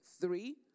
Three